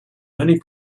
many